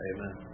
Amen